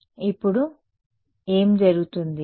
ఇప్పుడు ఏమి జరుగుతుంది